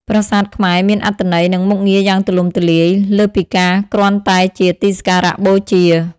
ប្រាសាទខ្មែរមានអត្ថន័យ និងមុខងារយ៉ាងទូលំទូលាយ លើសពីការគ្រាន់តែជាទីសក្ការៈបូជា។